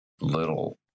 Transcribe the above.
little